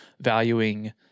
valuing